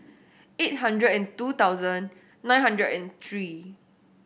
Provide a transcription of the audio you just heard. eight hundred and two thousand nine hundred and three